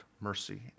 mercy